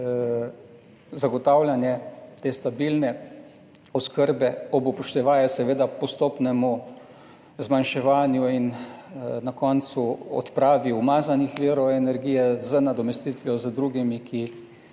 zagotavljanje te stabilne oskrbe, ob upoštevanju, seveda, postopnega zmanjševanja in na koncu odprave umazanih virov energije z nadomestitvijo z drugimi, ki